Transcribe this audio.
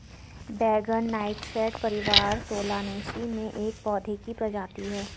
बैंगन नाइटशेड परिवार सोलानेसी में एक पौधे की प्रजाति है